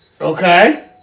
Okay